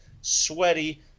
sweaty –